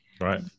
Right